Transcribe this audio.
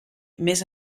més